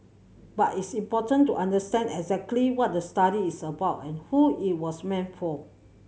but it's important to understand exactly what the study is about and who it was meant for